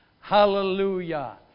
Hallelujah